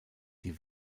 die